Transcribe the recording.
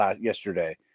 yesterday